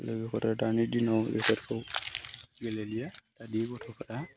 लोगोफोरा दानि दिनाव बेफोरखौ गेलेलिया दानि गथ'फोरा